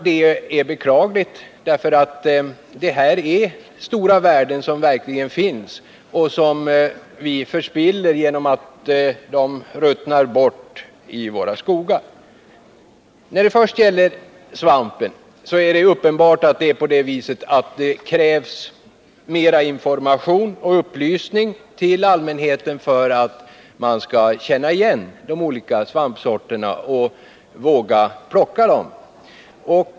Det är beklagligt, eftersom det är verkliga och stora värden som vi låter gå till spillo genom att de får ruttna bort i våra skogar. När det först gäller svampen är det uppenbart att det krävs mera av information och upplysning till allmänheten för att människor skall lära sig att känna igen de olika svampsorterna och våga plocka dem.